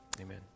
amen